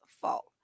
fault